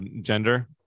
gender